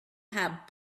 had